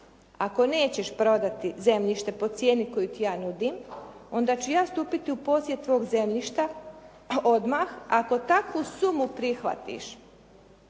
Ako nećeš prodati zemljište po cijeni koju ti ja nudim, onda ću ja stupiti u posjed tvog zemljišta odmah ako takvu sumu prihvatiš.